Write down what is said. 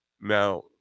Now